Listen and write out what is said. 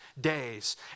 days